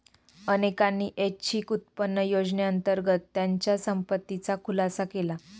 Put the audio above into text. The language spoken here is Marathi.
अनेकांनी ऐच्छिक उत्पन्न योजनेअंतर्गत त्यांच्या संपत्तीचा खुलासा केला